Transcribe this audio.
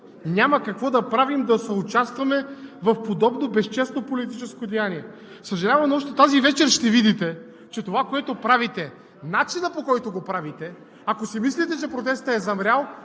Няма какво да правим, да съучастваме в подобно безчестно политическо деяние. Съжалявам, но още тази вечер ще видите, че това, което правите, начинът, по който го правите, ако си мислите, че протестът е замрял,